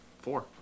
Four